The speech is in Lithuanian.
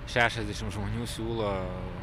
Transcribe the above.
šešiasdešim žmonių siūlo